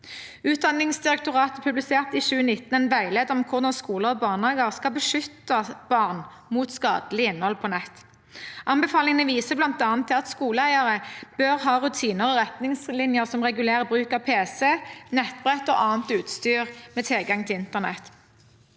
Utdanningsdirektoratet publiserte i 2019 en veileder om hvordan skoler og barnehager skal beskytte barn mot skadelig innhold på nett. Anbefalingene viser bl.a. til at skoleeiere bør ha rutiner og retningslinjer som regulerer bruk av pc, nettbrett og annet utstyr med tilgang til internett.